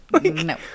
No